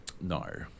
No